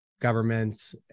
governments